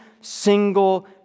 single